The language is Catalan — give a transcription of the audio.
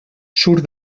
surt